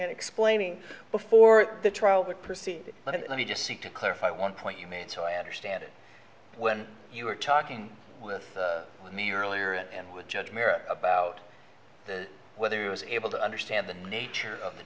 and explaining before the trial would proceed let me just seek to clarify one point you made so i understand it when you were talking with me earlier and with judge moore about the whether it was able to understand the nature of the